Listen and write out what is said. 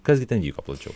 kas gi ten vyko plačiau